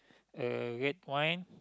uh red wine